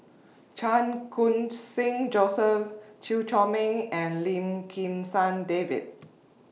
Chan Khun Sing Joseph Chew Chor Meng and Lim Kim San David